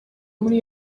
muri